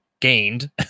gained